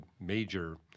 major